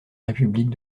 république